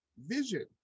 vision